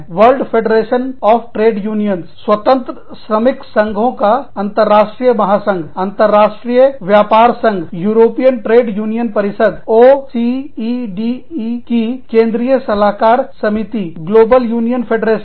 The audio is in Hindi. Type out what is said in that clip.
world federation of trade unions स्वतंत्र श्रमिकसंघों का अंतरराष्ट्रीय महासंघ अंतरराष्ट्रीय व्यापार संघ परिसंघयूरोपियन ट्रेड यूनियन परिषद ओ सी इ डी की केंद्रीय सलाहकार समिति ग्लोबल यूनियन फेडरेशन